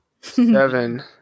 Seven